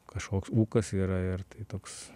kažkoks ūkas yra ir tai toks